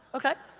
okay.